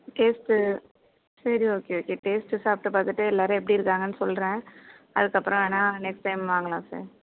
taste சரி okay okay taste சாப்பிட்டு பார்த்துட்டு எல்லாரும் எப்படி இருக்காங்கன்னு சொல்லுறேன் அதற்கப்பறம் வேணா நெக்ஸ்ட் டைம் வாங்கலாம் சார்